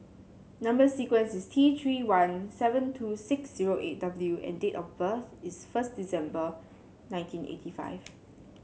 number sequence is T Three one seven two six zero eight W and date of birth is first December nineteen eighty five